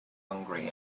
hungry